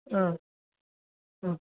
हा हा